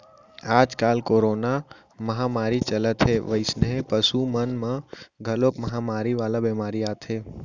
आजकाल कोरोना महामारी चलत हे वइसने पसु मन म घलौ महामारी वाला बेमारी आथे